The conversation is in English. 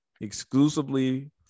exclusively